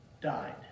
died